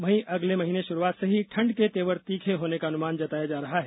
वहीं अगले महीने शुरूआत से ही ठंड के तेवर तीखे होने का अनुमान जताया जा रहा है